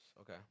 Okay